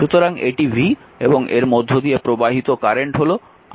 সুতরাং এটি v এবং এর মধ্য দিয়ে প্রবাহিত কারেন্ট হল i